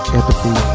Empathy